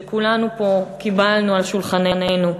שכולנו פה קיבלנו על שולחננו.